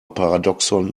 paradoxon